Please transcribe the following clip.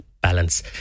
balance